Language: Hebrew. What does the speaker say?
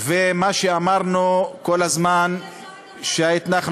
מה שאמרנו כל הזמן שההתנחלויות,